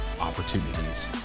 opportunities